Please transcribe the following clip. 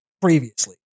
previously